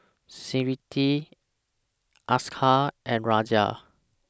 Smriti Akshay and Razia